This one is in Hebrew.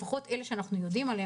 לפחות אלה שאנחנו יודעים עליהם.